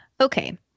Okay